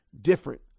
different